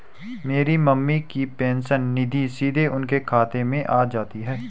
मेरी मम्मी की पेंशन निधि सीधे उनके खाते में आ जाती है